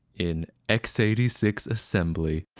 in x eight six assembly.